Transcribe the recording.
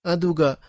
Aduga